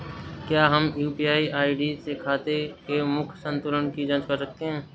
क्या हम UPI ID से खाते के मूख्य संतुलन की जाँच कर सकते हैं?